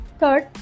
third